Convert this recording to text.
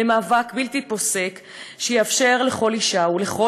למאבק בלתי פוסק שיאפשר לכל אישה ולכל